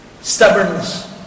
Stubbornness